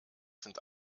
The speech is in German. sind